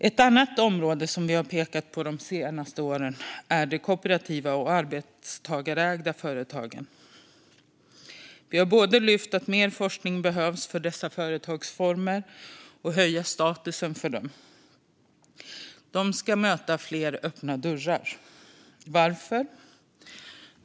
Ett annat område som vi har pekat på de senaste åren är de kooperativa och arbetstagarägda företagen. Vi har lyft både att mer forskning behövs kring dessa företagsformer och att statusen för dem behöver höjas. De ska möta fler öppna dörrar. Varför?